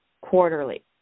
quarterly